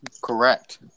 Correct